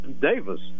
Davis